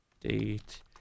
Date